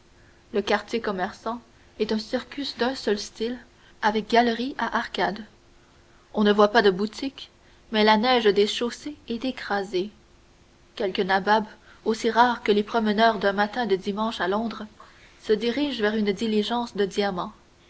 le quartier commerçant est un circus d'un seul style avec galeries à arcades on ne voit pas de boutiques mais la neige des chaussées est écrasée quelques nababs aussi rares que les promeneurs d'un matin de dimanche à londres se dirigent vers une diligence de diamants